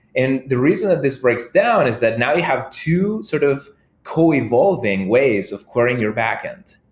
and the reason that this breakdown is that now you have two sort of co-evolving ways of querying your backend.